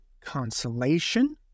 consolation